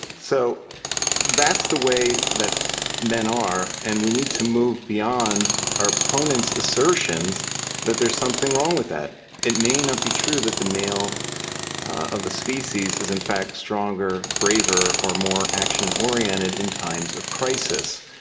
so that's the way that men are, and we need to move beyond our opponents' assertions that there's something wrong with that. it may not be true that the male of the species is in fact stronger, braver, or more action oriented in times of crisis,